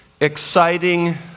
exciting